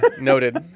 Noted